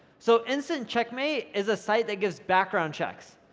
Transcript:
so instant checkmate is a site that gives background checks,